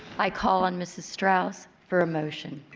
i call on mrs. strauss for a motion.